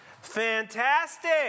Fantastic